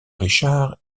richard